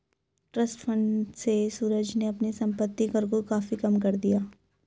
trust fund से सूरज ने अपने संपत्ति कर को काफी कम कर दिया